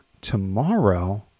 tomorrow